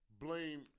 blame